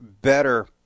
better